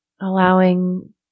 allowing